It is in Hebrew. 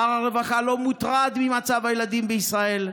שר הרווחה לא מוטרד ממצב הילדים בישראל.